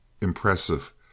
impressive